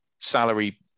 salary